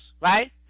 right